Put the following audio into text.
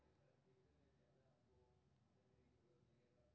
अजवाइनक खेती छोट स्तर पर कैल जाइ छै